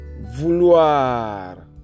vouloir